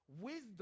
wisdom